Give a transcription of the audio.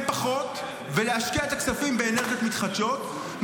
פחות ולהשקיע את הכספים באנרגיות מתחדשות,